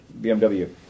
BMW